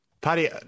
Paddy